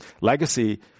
legacy